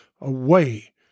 away